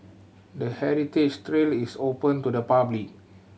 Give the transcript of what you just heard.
the heritage trail is open to the public